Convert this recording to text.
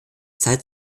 zeit